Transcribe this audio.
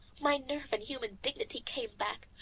my nerve and human dignity came back.